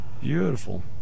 Beautiful